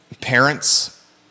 parents